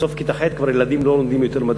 בסוף כיתה ח' ילדים כבר לא לומדים מדעים,